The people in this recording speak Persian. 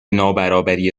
نابرابری